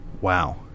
Wow